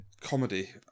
Comedy